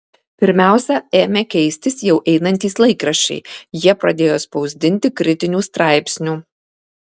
pirmiausia ėmė keistis jau einantys laikraščiai jie pradėjo spausdinti kritinių straipsnių